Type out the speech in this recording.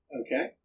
Okay